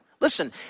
listen